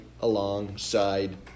alongside